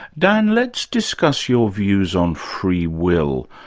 dan, let's discuss your views on free will.